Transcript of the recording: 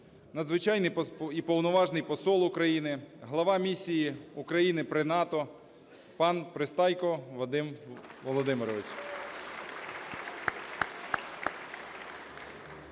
Надзвичайний і Повноважний Посол України, глава Місії України при НАТО – пан Пристайко Вадим Володимирович.